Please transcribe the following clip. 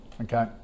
Okay